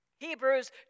Hebrews